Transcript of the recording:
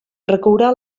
recaurà